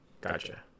gotcha